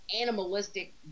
animalistic